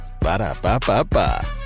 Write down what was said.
Ba-da-ba-ba-ba